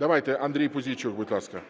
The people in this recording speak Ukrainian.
Давайте, Андрій Пузійчук, будь ласка.